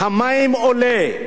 המים, עולה.